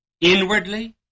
inwardly